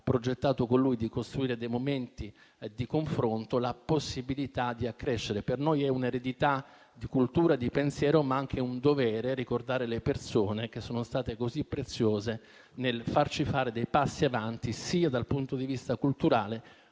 progettato con lui di costruire dei momenti di confronto e di accrescimento. Per noi è un'eredità di cultura e di pensiero, ma è anche un dovere ricordare le persone che sono state così preziose nel farci fare dei passi avanti sia dal punto di vista culturale